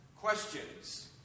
questions